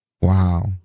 Wow